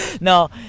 No